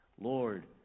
Lord